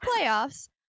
playoffs